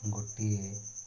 ଗୋଟିଏ